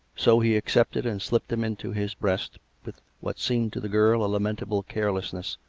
so he accepted, and slipped them into his breast with what seemed to the girl a lamentable carelessness.